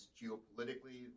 geopolitically